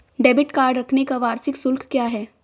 Debit card रखने का वार्षिक शुल्क क्या है?